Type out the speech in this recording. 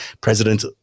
president